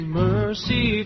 mercy